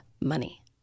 money